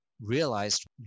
realized